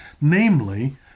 namely